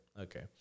Okay